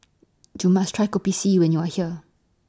YOU must Try Kopi C when YOU Are here